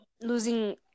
losing